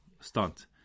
stunt